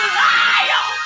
liar